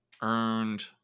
earned